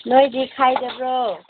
ꯅꯣꯏꯗꯤ ꯈꯥꯏꯗꯕ꯭ꯔꯣ